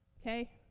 Okay